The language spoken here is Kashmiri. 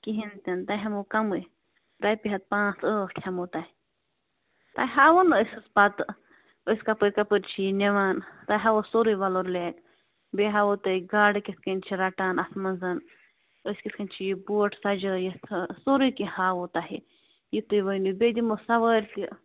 کِہیٖنۍ تہِ نہٕ تۄہہِ ہٮ۪مو کَمٕے رۄپیہِ ہَتھ پانٛژھ ٲٹھ ہٮ۪مو تۄہہِ ہاوَو نہَ أسۍ حظ پتہٕ أسۍ کَپٲرۍ کَپٲرۍ چھِ یہِ نِوان تۄہہِ ہاوو سورُے وَلُر لیک بیٚیہِ ہاوو تُہۍ گاڈٕ کِتھ کٔنۍ چھِ رَٹان اَتھ منٛز أسۍ کِتھ کٔنۍ چھِ یہِ بوٹ سجٲیِتھ سورُے کیٚنٛہہ ہاہو تُہۍ یہِ تُہۍ ؤنِو بیٚیہِ دِمو سوٲرۍ تہِ